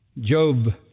Job